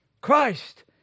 Christ